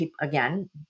again